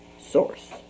source